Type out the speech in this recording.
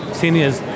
seniors